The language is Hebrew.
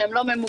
שהם לא ממוגנים.